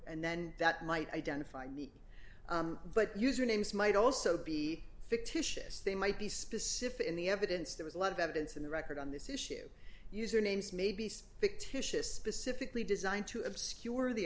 and then that might identify me but usernames might also be fictitious they might be specific in the evidence there was a lot of evidence in the record on this issue usernames maybe some fictitious pacifically designed to obscure the